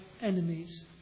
enemies